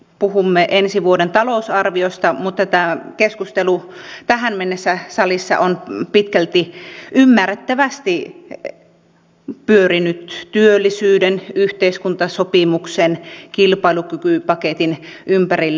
puhumme ensi vuoden talousarviosta mutta tämä keskustelu on salissa tähän mennessä pitkälti ymmärrettävästi pyörinyt työllisyyden yhteiskuntasopimuksen kilpailukykypaketin ympärillä